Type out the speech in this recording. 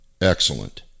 Excellent